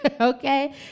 okay